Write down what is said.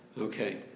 Okay